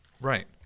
Right